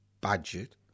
budget